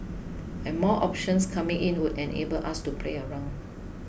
and more options coming in would enable us to play around